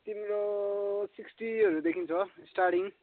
तिम्रो सिक्स्टीहरूदेखि छ स्टार्टिङ